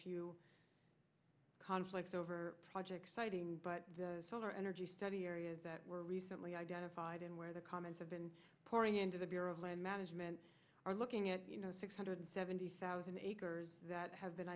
few conflicts over projects fighting but the solar energy study areas that were recently identified and where the comments have been pouring into the bureau of land management are looking at you know six hundred seventy thousand acres that have been